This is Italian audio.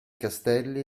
castelli